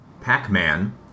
Pac-Man